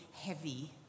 heavy